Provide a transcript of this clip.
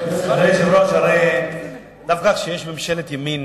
אדוני היושב-ראש, הרי דווקא כשיש ממשלת ימין